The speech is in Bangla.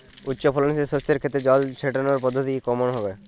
উচ্চফলনশীল শস্যের ক্ষেত্রে জল ছেটানোর পদ্ধতিটি কমন হবে?